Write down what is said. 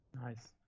nice